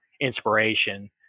inspiration